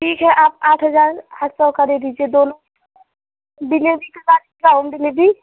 ठीक है आप आठ हज़ार आठ सौ का दे दीजिए दोनों डिलीवरी करवा देंगे क्या होम डिलीवरी